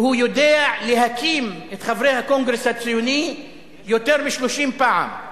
והוא יודע להקים את חברי הקונגרס הציוני יותר מ-30 פעם.